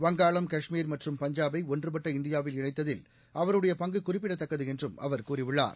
வங்காளம் காஷ்மீர் மற்றும் பஞ்சாபை ஒன்றுபட்ட இந்தியாவில் இணைத்ததில் அவருடைய பங்கு குறிப்பிடத்தக்கது என்றும் அவர் கூறியுள்ளார்